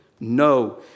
No